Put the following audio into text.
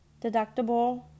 deductible